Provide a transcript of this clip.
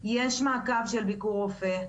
יש מעקב של ביקור רופא,